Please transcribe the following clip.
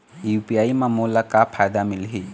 UPI म मोला का फायदा मिलही?